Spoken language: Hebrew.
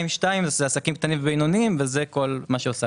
2.2. זה עסקים קטנים ובינוניים וזה כל מה שהוספנו.